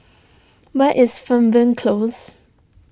where is Fernvale Close